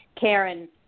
karen